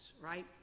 right